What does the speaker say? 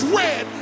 red